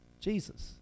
Jesus